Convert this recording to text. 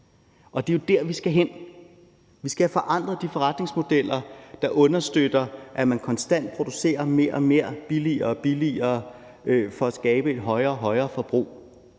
Det er jo der, vi skal hen. Vi skal forandre de forretningsmodeller, der understøtter, at man konstant producerer mere og mere, billigere og billigere for at skabe et højere og højere forbrug.